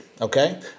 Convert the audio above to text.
okay